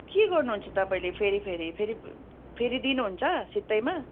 के गर्नुहुन्छ तपाईँले फेरि फेरि फेरि फेरि दिनुहुन्छ सित्तैमा